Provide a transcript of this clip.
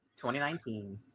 2019